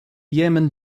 yeoman